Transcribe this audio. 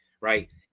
right